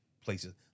places